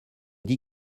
dit